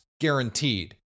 guaranteed